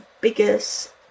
biggest